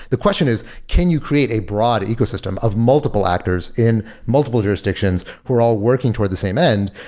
the question is can you create a broad ecosystem of multiple actors in multiple jurisdictions who are all working toward the same end.